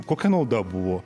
kokia nauda buvo